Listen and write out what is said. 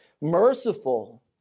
merciful